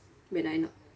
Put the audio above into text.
when I'm not